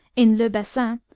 in le bessin,